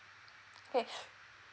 okay